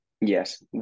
Yes